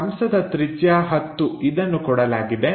ಕಂಸದ ತ್ರಿಜ್ಯ 10 ಇದನ್ನು ಕೊಡಲಾಗಿದೆ